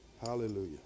Hallelujah